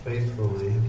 Faithfully